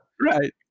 Right